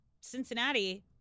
Cincinnati